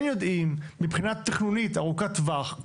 כן יודעים מבחינה תכנונית ארוכת טווח,